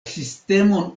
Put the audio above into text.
sistemon